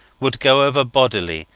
would go over bodily,